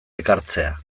ekartzea